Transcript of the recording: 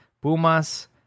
Pumas